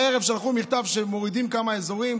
בערב שלחו מכתב שהם מורידים כמה אזורים,